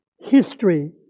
History